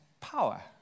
power